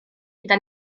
gyda